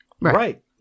Right